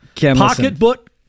Pocketbook